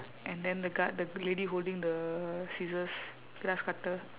and then the g~ the lady holding the scissors grass cutter